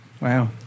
Wow